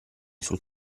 sul